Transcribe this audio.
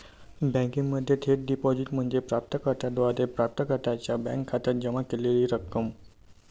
बँकिंगमध्ये थेट डिपॉझिट म्हणजे प्राप्त कर्त्याद्वारे प्राप्तकर्त्याच्या बँक खात्यात जमा केलेली रक्कम